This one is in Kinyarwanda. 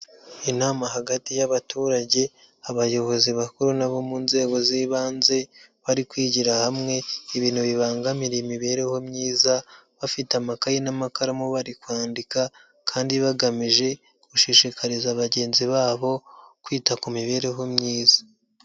Inama hagati y'abaturage, abayobozi bakuru, n'abo mu nzego z'ibanze, bari kwigira hamwe ibintu bibangamira imibereho myiza, bafite amakayeyi n'amakaramu bari kwandika, kandi bagamije gushishikariza bagenzi babo kwita ku mibereho myiza.